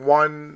one